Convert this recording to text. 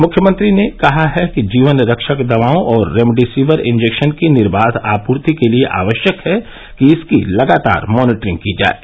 मुख्यमंत्री ने कहा है कि जीवन रक्षक दवाओं और रेमडेसिविर इंजेक्शन की निर्बाध आपूर्ति के लिये आवश्यक है कि इसकी लगातार मानीटरिंग की जाये